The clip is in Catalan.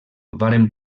varen